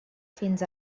fins